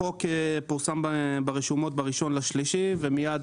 החוק פורסם ברשומות ב-1 במרס ומיד